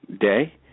day